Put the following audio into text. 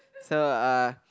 so uh